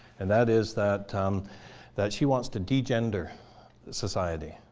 and that is that um that she wants to degender society,